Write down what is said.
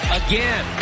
again